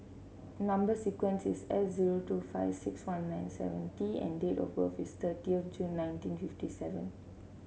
number sequence is S zero two five six one nine seven T and date of birth is thirtieth of June nineteen fifty seven